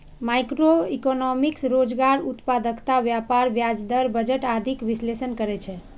macroeconomics रोजगार, उत्पादकता, व्यापार, ब्याज दर, बजट आदिक विश्लेषण करै छै